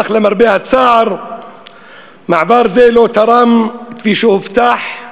אך למרבה הצער מעבר זה לא תרם, כפי שהובטח,